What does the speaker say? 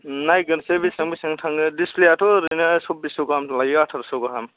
नायग्रोनोसै बिसिबां बिसिबां थाङो डिसप्लेयाथ' ओरैनो सबबिस्स' गाहाम लायो आथारस' गाहाम